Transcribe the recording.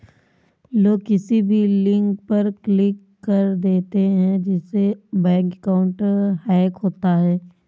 लोग किसी भी लिंक पर क्लिक कर देते है जिससे बैंक अकाउंट हैक होता है